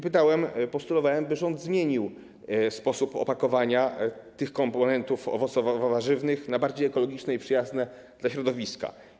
Pytałem, postulowałem, by rząd zmienił sposób opakowania tych komponentów owocowo-warzywnych na bardziej ekologiczne i przyjazne dla środowiska.